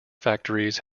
factories